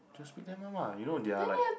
just pick them up ah you know they are like